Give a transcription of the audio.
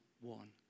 one